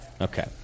Okay